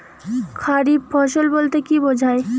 খারিফ ফসল বলতে কী বোঝায়?